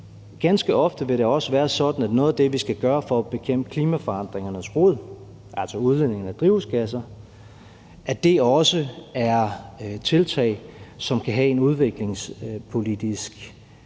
ganske ofte vil det også være sådan, at noget af det, vi skal gøre for at bekæmpe klimaforandringernes rod, altså udledningen af drivhusgasser, også er tiltag, som kan have en udviklingspolitisk